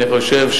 אני חושב,